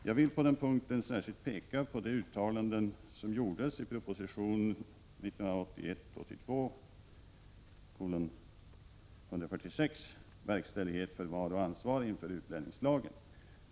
Jag vill på den punkten särskilt peka på de uttalanden som gjordes i propositionen Verkställighet, förvar och ansvar enligt utlänningslagen, s. 47 f.